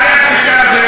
בעלי השליטה,